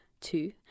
Two